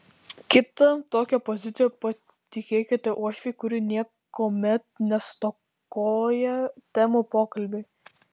kitą tokią poziciją patikėkite uošvei kuri niekuomet nestokoja temų pokalbiui